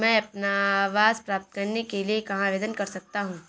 मैं अपना आवास प्राप्त करने के लिए कहाँ आवेदन कर सकता हूँ?